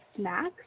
snacks